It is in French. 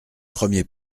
premier